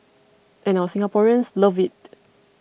and our Singaporeans love it